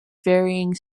varying